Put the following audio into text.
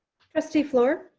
trustee flour.